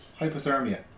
hypothermia